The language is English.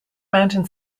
mountain